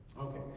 Okay